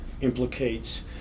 implicates